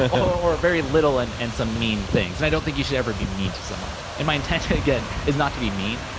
or very little and and some mean things, and i don't think you should ever be mean to someone, and my intention, again, is not to be mean.